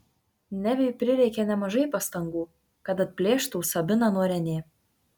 neviui prireikė nemažai pastangų kad atplėštų sabiną nuo renė